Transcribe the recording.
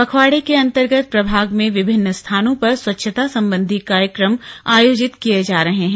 पखवाड़े के अंतर्गत प्रभाग में विभिन्न स्थानों पर स्वच्छता सम्बंधी कार्यक्रम आयोजित किए जा रहे हैं